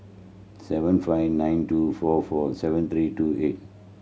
seven five nine two four four seven three two eight